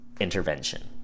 intervention